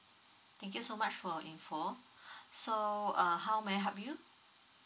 thank you so much for your info so uh how may I help you